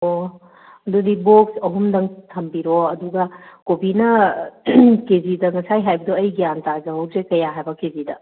ꯑꯣ ꯑꯗꯨꯗꯤ ꯕꯣꯛꯁ ꯑꯍꯨꯝꯗꯪ ꯊꯝꯕꯤꯔꯣ ꯑꯗꯨꯒ ꯀꯣꯕꯤꯅ ꯀꯦꯖꯤꯗ ꯉꯁꯥꯏ ꯍꯥꯏꯕꯗꯣ ꯑꯩ ꯒ꯭ꯌꯥꯟ ꯇꯥꯖꯍꯧꯗ꯭ꯔꯦ ꯀꯌꯥ ꯍꯥꯏꯕ ꯀꯦꯖꯤꯗ